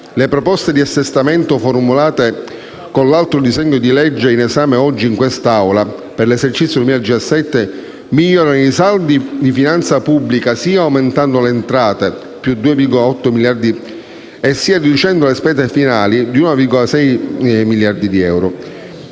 Le proposte di assestamento formulate con l'altro disegno di legge in esame oggi in quest'Aula per l'esercizio finanziario 2017 migliorano i saldi di finanza pubblica sia aumentando le entrate (+2,8 miliardi), sia riducendo le spese finali (1,6 miliardi) e